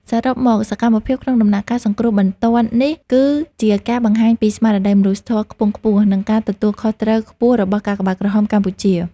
សរុបមក សកម្មភាពក្នុងដំណាក់កាលសង្គ្រោះបន្ទាន់នេះ គឺជាការបង្ហាញពីស្មារតីមនុស្សធម៌ដ៏ខ្ពង់ខ្ពស់ និងការទទួលខុសត្រូវខ្ពស់របស់កាកបាទក្រហមកម្ពុជា។